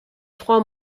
trois